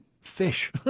fish